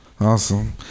Awesome